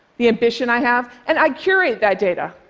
the ambition i have, and i curate that data.